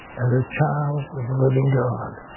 as a child of the living god.